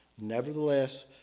Nevertheless